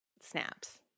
Snaps